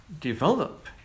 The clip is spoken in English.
develop